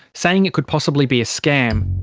saying it could possibly be a scam.